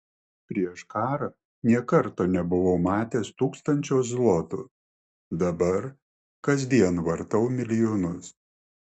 prieš karą nė karto nebuvau matęs tūkstančio zlotų dabar kasdien vartau milijonus